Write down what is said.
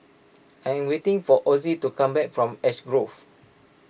I'm waiting for Ozzie to come back from Ash Grove